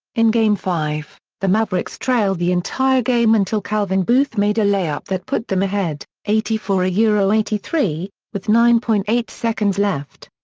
in game five, the mavericks trailed the entire game until calvin booth made a lay-up that put them ahead, eighty four yeah eighty three, with nine point eight seconds left.